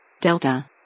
Delta